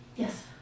Yes